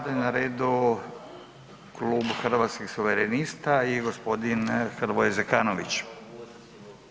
Sada je na redu klub Hrvatskih suverenista i gospodin Hrvoje Zekanović.